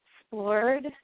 explored